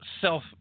self